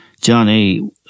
Johnny